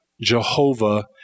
Jehovah